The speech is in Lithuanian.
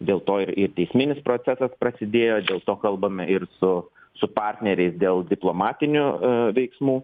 dėl to ir ir teisminis procesas prasidėjo dėl to kalbame ir su su partneriais dėl diplomatinių veiksmų